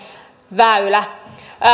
väylä